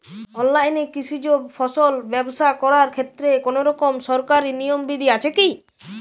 অনলাইনে কৃষিজ ফসল ব্যবসা করার ক্ষেত্রে কোনরকম সরকারি নিয়ম বিধি আছে কি?